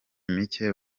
mike